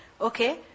Okay